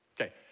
Okay